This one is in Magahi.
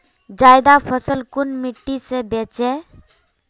ज्यादा फसल कुन मिट्टी से बेचे?